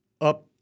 up